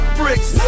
bricks